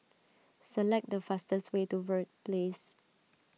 select the fastest way to Verde Place